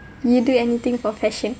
you'd do anything for fashion